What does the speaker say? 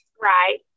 right